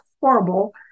horrible